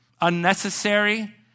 unnecessary